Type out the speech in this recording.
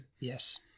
Yes